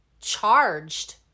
charged